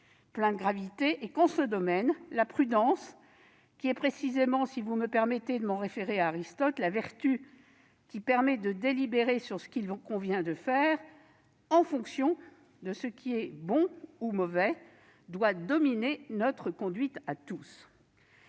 plein de gravité et que, en ce domaine, la prudence, qui est, pour Aristote, la vertu qui permet de délibérer sur ce qu'il convient de faire en fonction de ce qui est bon ou mauvais, doit dominer notre conduite à tous.